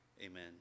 amen